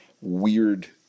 weird